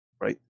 Right